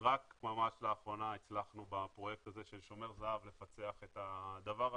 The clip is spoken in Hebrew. שרק ממש לאחרונה הצלחנו בפרויקט הזה של שומר זהב לפצח את הדבר הזה,